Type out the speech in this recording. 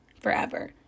forever